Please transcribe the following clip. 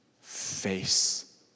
face